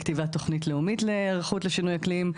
לכתיבת תוכנית לאומית להיערכות לשינוי אקלים,